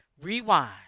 Rewind